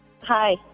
hi